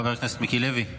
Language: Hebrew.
חבר הכנסת מיקי לוי,